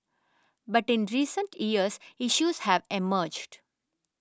but in recent years issues have emerged